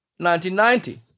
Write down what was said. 1990